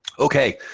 ok.